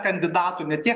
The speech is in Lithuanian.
kandidatų ne tiek